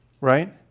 right